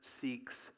seeks